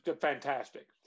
fantastic